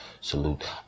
salute